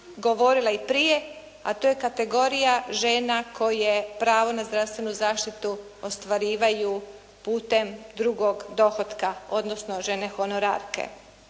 govorila i prije, a to je kategorija žena koje pravo na zdravstvenu zaštitu ostvarivaju putem drugog dohotka, odnosno žene honorarke.